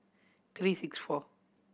three six four